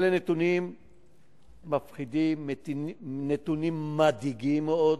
אלה נתונים מפחידים, נתונים מדאיגים מאוד,